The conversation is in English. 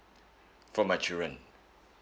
for my children